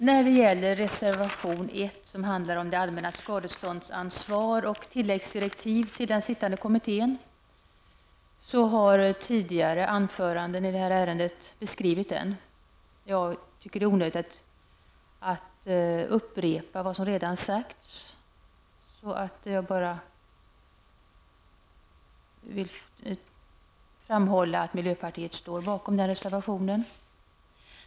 Herr talman! Reservation 1, som handlar om det allmännas skadeståndsansvar och tilläggsdirektiv till den sittande kommittén, har motiverats av tidigare talare. Jag anser att det är onödigt att upprepa vad som redan har sagts, och jag nöjer mig i det avseendet med att framhålla att miljöpartiet står bakom den reservationen.